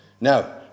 Now